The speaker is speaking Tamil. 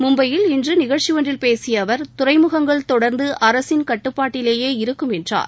மும்பையில் இன்றுநிகழ்ச்சிஒன்றில் பேசியஅவர் துறைமுகங்கள் தொடர்ந்துஅரசின் கட்டுப்பாட்டிலேயே இருக்கும் என்றார்